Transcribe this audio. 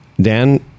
Dan